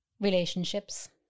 relationships